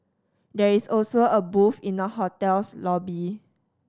there is also a booth in the hotel's lobby